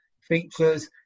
features